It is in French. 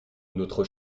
notre